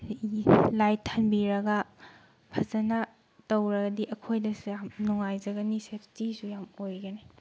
light ꯊꯥꯟꯕꯤꯔꯒ ꯐꯖꯅ ꯇꯧꯔꯗꯤ ꯑꯩꯈꯣꯏꯗꯁꯨ ꯌꯥꯝ ꯅꯨꯡꯉꯥꯏꯖꯒꯅꯤ ꯁꯦꯐꯇꯤꯁꯨ ꯌꯥꯝ ꯑꯣꯏꯒꯅꯤ